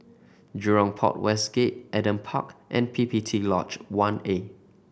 Jurong Port West Gate Adam Park and P P T Lodge One A